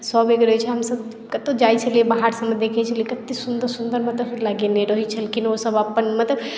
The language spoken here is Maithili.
सभकेँ रहै छै हमसभ जाइ छलियै कतौ बाहर सभमे देखै छलियै कते सुन्दर सुन्दर मतलब फुल सभ लगेने रहै छलै लेकिन ओ सभ अपन मतलब